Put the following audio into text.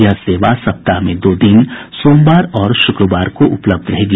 यह सेवा सप्ताह में दो दिन सोमवार और शुक्रवार को उपलब्ध रहेगी